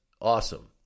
awesome